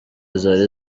zari